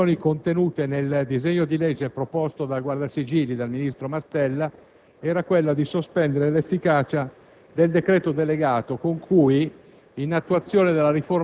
Signor Presidente, la prima delle proposizioni contenute nel disegno di legge proposto dal guardasigilli, il ministro Mastella,